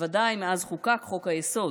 בוודאי מאז חוקק חוק-היסוד.